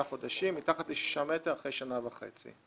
חודשים מתחת לשישה מטר אחרי שנה וחצי.